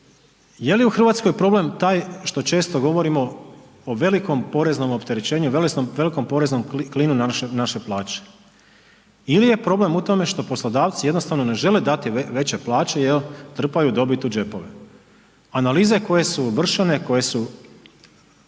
Je li u Hrvatskoj problem taj što često govorimo o velikom poreznom opterećenju i velikom poreznom klinu naše plaće? Ili je problem u tome što poslodavci jednostavno ne žele dati veće plaće jer trpaju dobit u đepove? Analize koje su vršene, koje su